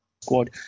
Squad